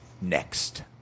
next